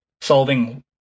solving